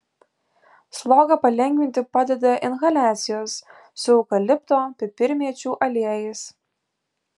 slogą palengvinti padeda inhaliacijos su eukalipto pipirmėčių aliejais